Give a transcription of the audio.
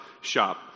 shop